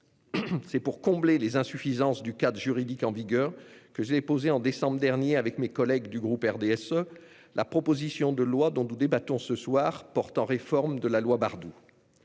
C'est pour combler les insuffisances du cadre juridique en vigueur que j'ai déposé, en décembre dernier, avec mes collègues du groupe RDSE, la proposition de loi dont nous débattons ce soir portant réforme de la loi Bardoux.